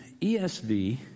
ESV